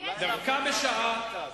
ככה מדברים?